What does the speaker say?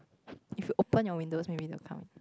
you should open your windows maybe they will come